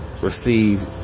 Receive